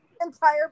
entire